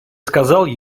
сказал